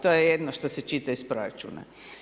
To je jedino što se čita iz proračuna.